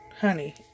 honey